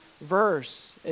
verse